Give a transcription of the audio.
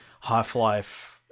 Half-Life